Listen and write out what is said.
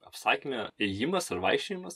apsakyme ėjimas ar vaikščiojimas